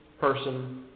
person